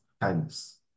kindness